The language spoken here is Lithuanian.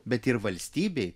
bet ir valstybei